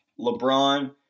LeBron